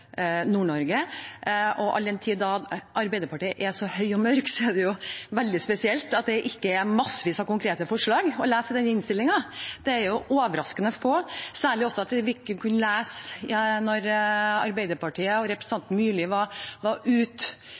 All den tid Arbeiderpartiet er så høye og mørke, er det veldig spesielt at det ikke er massevis av konkrete forslag å lese i denne innstillingen. Det er jo overraskende få. Særlig også når vi virkelig kunne lese at Arbeiderpartiet og representanten Myrseth var